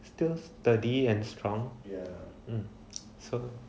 still sturdy and strong um so